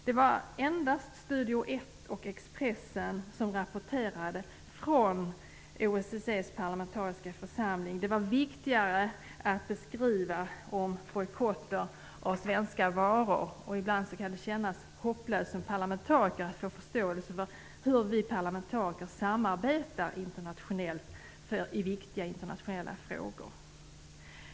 Det vara endast Studio Ett och Expressen som rapporterade från OSSE:s parlamentariska församling. För övriga var det viktigare att skriva om bojkotter av varor. Ibland kan det kännas hopplöst att inte få någon förståelse för hur vi parlamentariker samarbetar internationellt i viktiga internationella frågor.